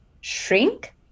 shrink